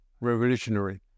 Revolutionary